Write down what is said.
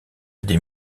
des